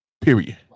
Period